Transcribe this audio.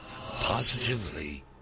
positively